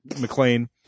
McLean